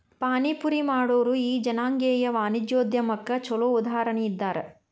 ಪಾನಿಪುರಿ ಮಾಡೊರು ಈ ಜನಾಂಗೇಯ ವಾಣಿಜ್ಯೊದ್ಯಮಕ್ಕ ಛೊಲೊ ಉದಾಹರಣಿ ಇದ್ದಾರ